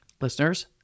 listeners